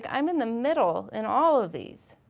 ah i'm in the middle in all of these.